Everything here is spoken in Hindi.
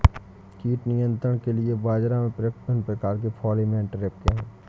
कीट नियंत्रण के लिए बाजरा में प्रयुक्त विभिन्न प्रकार के फेरोमोन ट्रैप क्या है?